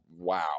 wow